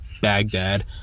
baghdad